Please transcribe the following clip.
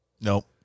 Nope